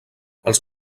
els